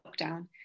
lockdown